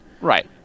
right